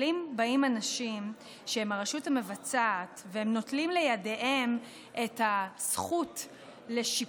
אבל אם באים אנשים שהם הרשות המבצעת והם נוטלים לידיהם את הזכות לשיפוט,